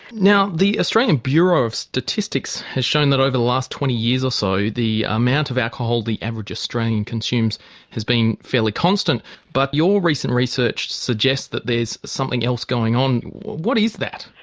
now the australian bureau of statistics has shown that over the last twenty years or so the amount of alcohol the average australian consumes has been fairly constant but your recent research suggests that there's something else going on. what is that?